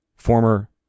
Former